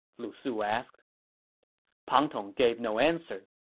lu su asked pang tong gave no answer